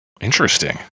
Interesting